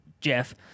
Jeff